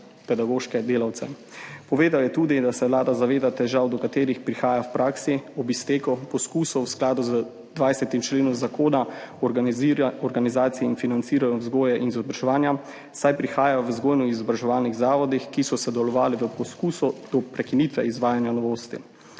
pedagoške delavce. Povedal je tudi, da se Vlada zaveda težav, do katerih prihaja v praksi ob izteku poskusov v skladu z 20. členom Zakona o organizaciji in financiranju vzgoje in izobraževanja, saj prihajajo v vzgojno izobraževalnih zavodih, ki so sodelovali v poskusu do prekinitve izvajanja novosti.